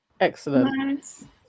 Excellent